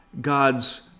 god's